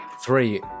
three